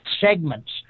segments